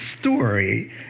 story